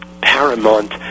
paramount